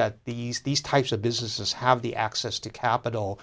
that these these types of businesses have the access to capital